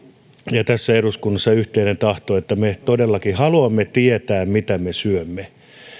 ja ja eduskunnassa yhteinen tahto että me todellakin haluamme tietää mitä me syömme